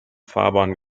fahrbahn